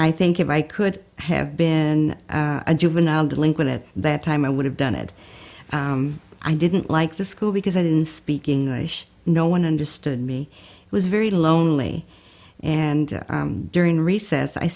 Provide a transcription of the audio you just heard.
i think if i could have been a juvenile delinquent at that time i would have done it i didn't like the school because i didn't speak english no one understood me was very lonely and during recess i